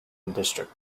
district